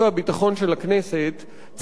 צריך לצרף עוד "לשעבר"